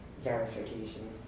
verification